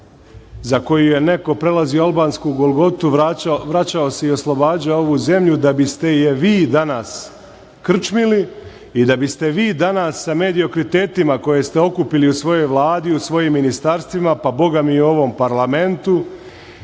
za koju je neko prelazio albansku golgotu, vraćao se i oslobađao ovu zemlju da biste je vi danas krčmili i da biste vi danas sa mediokritetima koje ste okupili u svojoj Vladi, u svojim ministarstvima, pa bogami i u ovom parlamentu,